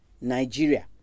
Nigeria